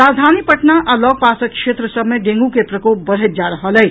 राजधानी पटना आ लऽगपासक क्षेत्र सभ मे डेंगू के प्रकोप बढ़ैत जा रहल अछि